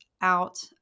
out